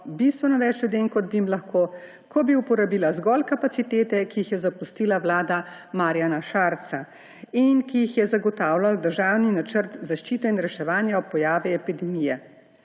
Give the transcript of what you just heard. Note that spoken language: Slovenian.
bistveno več ljudem, kot bi jim lahko, ko bo uporabila zgolj kapacitete, ki jih zapustila vlada Marjana Šarca in ki jih je zagotavljal državni načrt zaščite in reševanja ob pojavu epidemije.